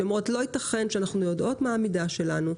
שאומרות: לא ייתכן שאנחנו יודעות מה המידה שלנו,